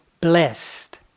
blessed